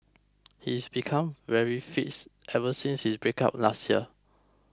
he's became very fit ever since his breakup last year